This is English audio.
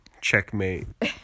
Checkmate